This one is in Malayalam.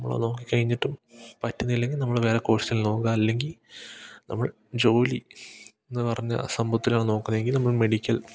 നമ്മൾ അത് നോക്കിക്കഴിഞ്ഞിട്ടും പറ്റുന്നില്ലെങ്കിൽ നമ്മൾ വേറെ കോഴ്സിൽ നോക്കാം അല്ലെങ്കിൽ നമ്മൾ ജോലി എന്ന് പറഞ്ഞ സമ്പത്തിലാണ് നോക്കുന്നത് എങ്കിൽ നമ്മൾ മെഡിക്കൽ